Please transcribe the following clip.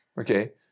Okay